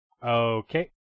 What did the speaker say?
Okay